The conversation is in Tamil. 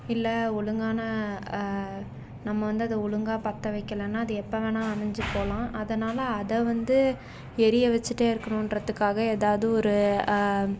இல்லை ஒழுங்கான நம்ம வந்து அதை ஒழுங்கா பற்ற வைக்கலைனா அது எப்போ வேணால் அணைஞ்சு போகலாம் அதனால அதை வந்து எரிய வச்சுட்டே இருக்கணுன்கிறதுக்காக ஏதாவது ஒரு